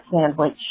sandwich